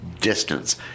distance